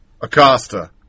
Acosta